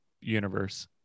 universe